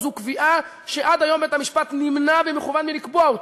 זו קביעה שעד היום בית-המשפט נמנע במכוון מלקבוע אותה,